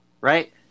right